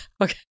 Okay